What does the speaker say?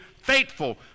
faithful